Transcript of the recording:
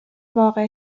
واقع